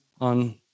on